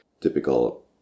typical